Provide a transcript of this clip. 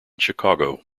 chicago